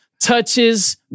touches